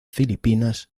filipinas